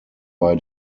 bei